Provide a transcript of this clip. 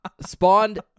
spawned